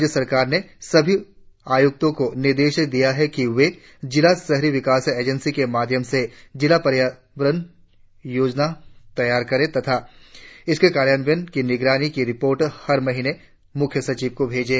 राज्य सरकार ने सभी उपायुक्तों को निर्देश दिया है कि वे जिला शहरी विकास एजेंसी के माध्यम से जिला पर्यावरण योजना तैयार करें तथा इसके कार्यान्वयन की निगरानी की रिपोर्ट हर महीने मुख्य सचिव को भेजें